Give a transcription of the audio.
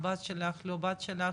הבת שלך לא בת שלך,